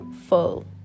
full